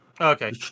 Okay